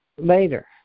later